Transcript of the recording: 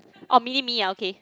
orh mini me ah okay